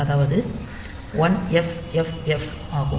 அதாவது 1FFFH ஆகும்